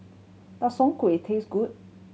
does soon kway taste good